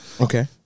okay